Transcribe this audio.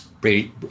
Brady